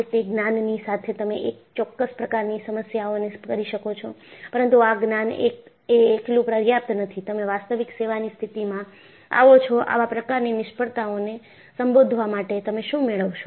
તે જ્ઞાનની સાથે તમે એક ચોક્કસ પ્રકારની સમસ્યાઓ ને કરી શકો છો પરંતુ આ જ્ઞાન એ એકલું પર્યાપ્ત નથી તમે વાસ્તવિક સેવાની સ્થિતિમાં આવો છો આવા પ્રકારની નિષ્ફળતાઓને સંબોધવા માટે તમે શું મેળવશો